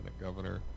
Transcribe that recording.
Governor